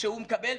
שהוא מקבל.